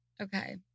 Okay